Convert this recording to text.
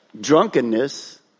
drunkenness